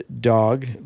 dog